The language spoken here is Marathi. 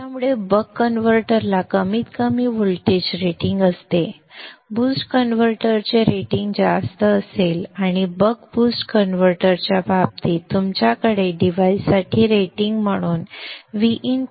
त्यामुळे बक कन्व्हर्टरला कमीत कमी व्होल्टेज रेटिंग असते बूस्ट कन्व्हर्टरचे रेटिंग जास्त असेल आणि बक बूस्ट कन्व्हर्टरच्या बाबतीत तुमच्याकडे डिव्हाइससाठी रेटिंग म्हणून Vin Vo असेल